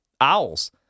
Owls